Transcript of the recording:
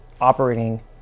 operating